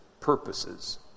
purposes